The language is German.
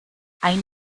ein